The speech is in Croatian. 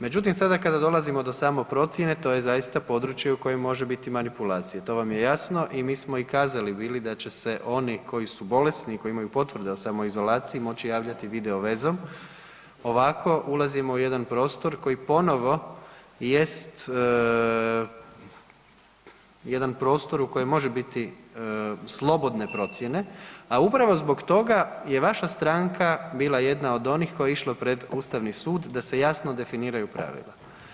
Međutim, sada kada dolazimo do samoprocjene to je zaista područje u kojem može biti manipulacije, to vam je jasno i mi smo i kazali bili da će se oni koji su bolesni i koji imaju potvrde o samoizolaciji moći javljati video vezom, ovako ulazimo u jedan prostor koji ponovo jest jedan prostor u kojem može biti slobodne procjene, a upravo zbog toga je vaša stranka bila jedna od onih koja je išla pred Ustavni sud da se jasno definiraju pravila.